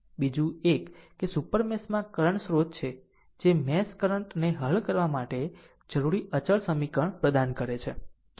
બીજું એક એ સુપર મેશ માં કરંટ સ્રોત છે જે મેશ કરંટ ને હલ કરવા માટે જરૂરી અચળ સમીકરણ પ્રદાન કરે છે